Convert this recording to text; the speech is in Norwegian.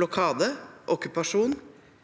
Blokade, okkupasjon,